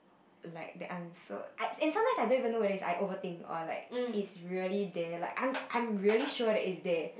like that answer I and sometimes I don't even know whether is I overthink or like it's really there like I'm I'm really sure that it's there